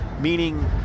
meaning